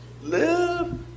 live